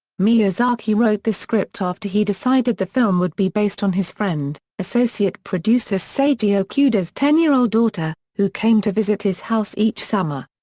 miyazaki wrote the script after he decided the film would be based on his friend, associate producer seiji okuda's ten-year-old daughter, who came to visit his house each summer.